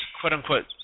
quote-unquote